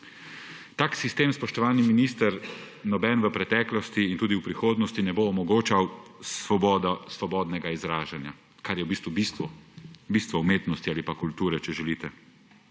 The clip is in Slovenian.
tak sistem, spoštovani minister, v preteklosti ni in tudi v prihodnosti ne bo omogočal svobodnega izražanja, kar je bistvo umetnosti ali kulture, če želite.